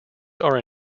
are